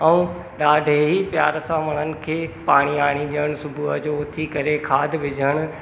ऐं ॾाढे ई प्यारु सां मां हिननि खे पाणी वाणी ॾियणु सुबुह जो उथी करे खाद विझण